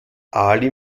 ali